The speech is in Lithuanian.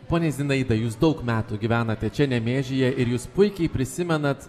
ponia zinaida jūs daug metų gyvenate čia nemėžyje ir jūs puikiai prisimenat